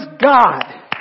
God